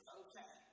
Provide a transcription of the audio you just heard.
okay